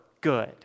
good